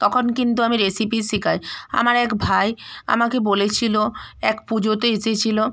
তকন কিন্তু আমি রেসিপি শিকাই আমার এক ভাই আমাকে বলেছিলো এক পুজোতে এসেছিলো